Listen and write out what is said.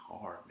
hard